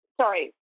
Sorry